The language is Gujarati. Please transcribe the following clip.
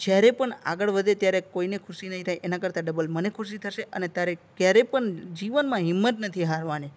જ્યારે પણ આગળ વધે ત્યારે કોઈને ખુશી નહીં થાય એના કરતાં ડબલ મને ખુશી થશે અને તારે ક્યારેય પણ જીવનમાં હિંમત નથી હારવાની